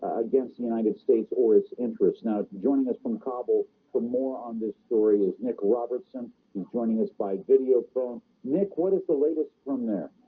against the united states or its interests now joining us from kabul for more on this story is nic robertson and joining us by video phone nick. what is the latest from there?